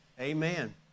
Amen